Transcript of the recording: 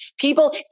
people